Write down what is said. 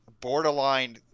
borderline